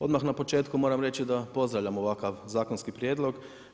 Odmah na početku moram reči da pozdravljam ovakav zakonski prijedlog.